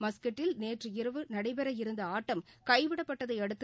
மஸ்கட்டில் நேற்றிரவு நடைபெறவிருந்த இருந்தஆட்டம் கைவிடப்பட்டதைஅடுத்து